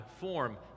form